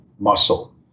muscle